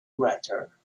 writer